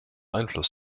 einfluss